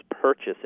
purchase